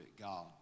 God